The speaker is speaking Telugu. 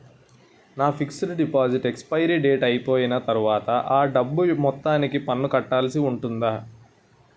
నా ఫిక్సడ్ డెపోసిట్ ఎక్సపైరి డేట్ అయిపోయిన తర్వాత అ డబ్బు మొత్తానికి పన్ను కట్టాల్సి ఉంటుందా?